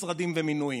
משרדים ומינויים.